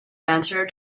answered